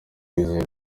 wizeye